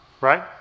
right